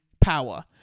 power